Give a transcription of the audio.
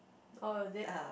oh is it